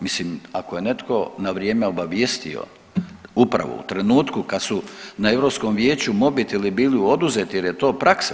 Mislim ako je netko na vrijeme obavijestio upravo u trenutku kad su na Europskom vijeću mobiteli bili oduzeti, jer je to praksa.